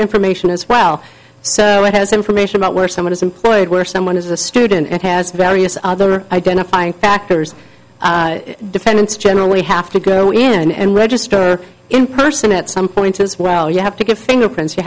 information as well so it has information about where someone is employed where someone is a student it has various other identifying factors defendants generally have to go and register in person at some point as well you have to get fingerprints you